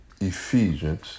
Ephesians